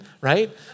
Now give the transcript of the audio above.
right